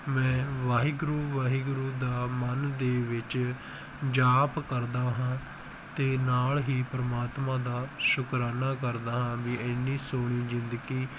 ਮੈਂ ਵਾਹਿਗੁਰੂ ਵਾਹਿਗੁਰੂ ਦਾ ਮਨ ਦੇ ਵਿੱਚ ਜਾਪ ਕਰਦਾ ਹਾਂ ਅਤੇ ਨਾਲ ਹੀ ਪਰਮਾਤਮਾ ਦਾ ਸ਼ੁਕਰਾਨਾ ਕਰਦਾ ਹਾਂ ਵੀ ਇੰਨੀ ਸੋਹਣੀ ਜ਼ਿੰਦਗੀ